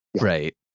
Right